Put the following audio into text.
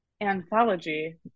anthology